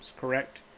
correct